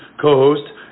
co-host